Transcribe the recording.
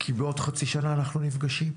כי בעוד חצי שנה אנחנו נפגשים.